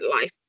life